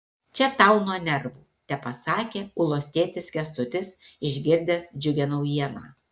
čia tau nuo nervų tepasakė ulos tėtis kęstutis išgirdęs džiugią naujieną